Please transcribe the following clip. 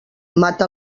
mata